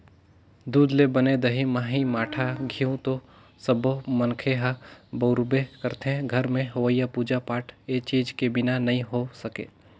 दूद ले बने दही, मही, मठा, घींव तो सब्बो मनखे ह बउरबे करथे, घर में होवईया पूजा पाठ ए चीज के बिना नइ हो सके